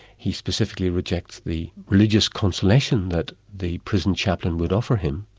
he specifically rejects the religious consolation that the prison chaplain would offer him,